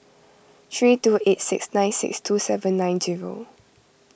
three two eight six nine six two seven nine zero